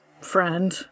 friend